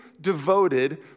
devoted